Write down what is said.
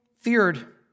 feared